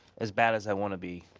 as bad as i wanna be,